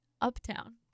uptown